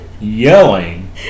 yelling